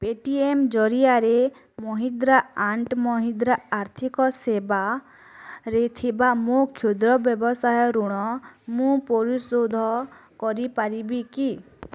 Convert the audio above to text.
Paytm ଜରିଆରେ Mahindra and Mahindra ଆର୍ଥିକ ସେବା ରେ ଥିବା ମୋ କ୍ଷୁଦ୍ର ବ୍ୟବସାୟ ଋଣ ମୁଁ ପରିଶୋଧ କରିପାରିବି କି